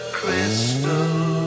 crystal